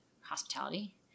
hospitality